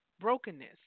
brokenness